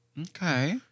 Okay